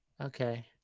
Okay